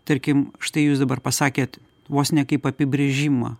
tarkim štai jūs dabar pasakėt vos ne kaip apibrėžimą